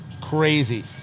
Crazy